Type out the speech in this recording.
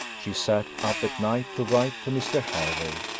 she sat up at night to write to mr. hervey.